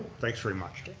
thanks very much.